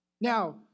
Now